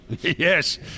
Yes